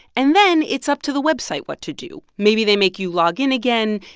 and then it's up to the website what to do. maybe they make you log in again.